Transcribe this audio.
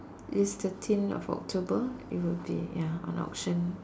this thirteen of October it will be ya on auction